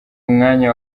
mwanya